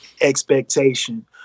expectation